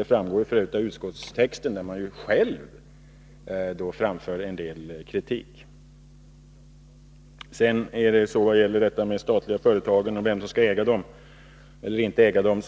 Det framgår f. ö. av utskottstexten, där de själva framför en del kritik. Vad gäller frågan om ägandet av de statliga företagen, är det inte